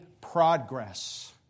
progress